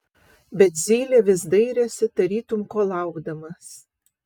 bet zylė vis dairėsi tarytum ko laukdamas